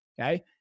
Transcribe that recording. Okay